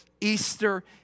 Easter